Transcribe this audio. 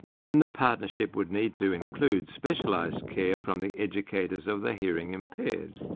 and the partnership would need to include specialised care from the educators of the hearing impaired.